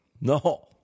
No